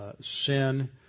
sin